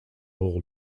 all